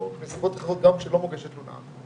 או בנסיבות אחרות גם כשלא מוגשת תלונה,